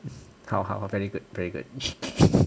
好好 very good very good